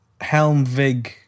Helmvig